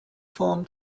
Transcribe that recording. form